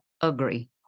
agree